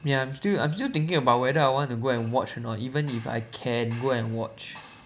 ya I'm still I'm still thinking about whether I want to go and watch or not even if I can go and watch